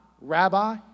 Rabbi